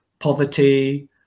poverty